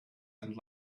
and